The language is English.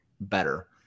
better